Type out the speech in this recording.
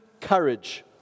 courage